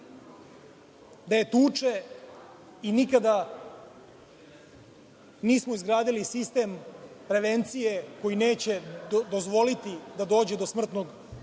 da je tuče i nikada nismo izgradili sistem prevencije koji neće dozvoliti da dođe do smrtnog ishoda